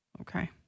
Okay